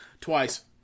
Twice